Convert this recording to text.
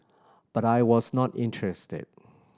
but I was not interested